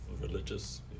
religious